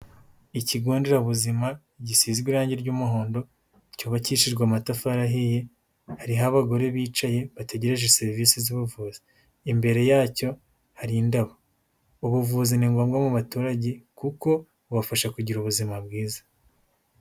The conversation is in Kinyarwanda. Ikigo nderabuzima gisizwe irange ry'umuhondo, cyubakishijwe amatafari ahiye, hariho abagore bicaye bategereje serivise z'ubuvuzi. Imbere yacyo, hari indabo. Ubuvuzi ni ngombwa mu baturage kuko bubafasha kugira ubuzima bwiza.